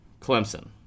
Clemson